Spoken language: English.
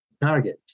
target